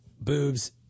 boobs